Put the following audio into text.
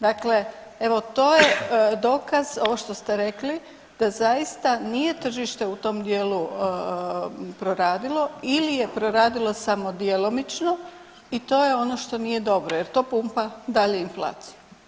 Dakle, evo to je dokaz ovo što ste rekli da zaista nije tržište u tom dijelu proradilo ili je proradilo samo djelomično i to je ono što nije dobro jer to pumpa dalje inflaciju.